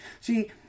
See